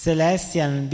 Celestial